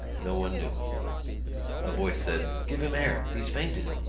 no one knew a voice said give him air. he's fainted.